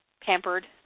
pampered